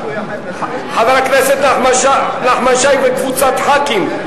חבר הכנסת נחמן שי וקבוצת חברי כנסת,